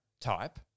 type